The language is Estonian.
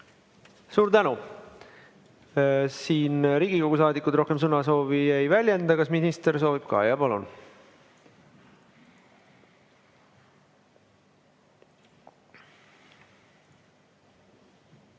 Suur tänu! Siin Riigikogu saadikud rohkem sõnasoovi ei väljenda. Kas minister soovib ka? Jaa, palun!